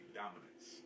dominance